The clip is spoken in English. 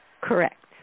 Correct